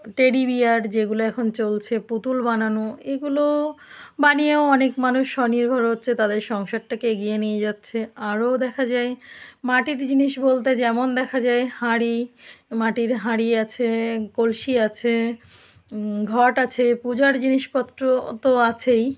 teddy bear যেগুলো এখন চলছে পুতুল বানানো এগুলো বানিয়েও অনেক মানুষ স্বনির্ভর হচ্ছে তাদের সংসারটাকে এগিয়ে নিয়ে যাচ্ছে আরও দেখা যায় মাটির জিনিস বলতে যেমন দেখা যায় হাঁড়ি মাটির হাঁড়ি আছে কলসি আছে ঘট আছে পূজার জিনিসপত্র তো আছেই